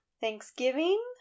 Thanksgiving